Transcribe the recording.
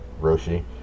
Roshi